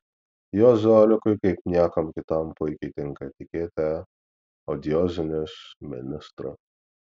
juozui olekui kaip niekam kitam puikiai tinka etiketė odiozinis ministras